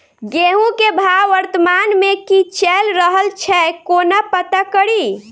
गेंहूँ केँ भाव वर्तमान मे की चैल रहल छै कोना पत्ता कड़ी?